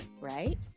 Right